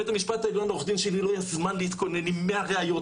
לבית המשפט העליון לעורך הדין שלי לא היה זמן להתכונן עם 100 ראיות,